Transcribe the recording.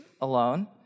alone